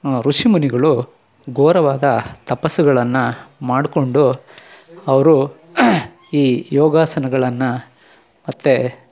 ಋಷಿಮುನಿಗಳು ಘೋರವಾದ ತಪಸ್ಸುಗಳನ್ನು ಮಾಡಕೊಂಡು ಅವರು ಈ ಯೋಗಾಸನಗಳನ್ನು ಮತ್ತು